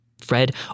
Fred